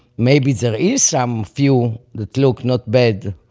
maybe there is some few that look not bad,